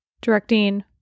directing